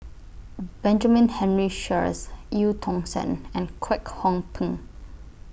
Benjamin Henry Sheares EU Tong Sen and Kwek Hong Png